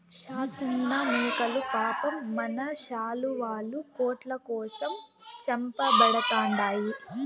షాస్మినా మేకలు పాపం మన శాలువాలు, కోట్ల కోసం చంపబడతండాయి